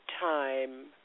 time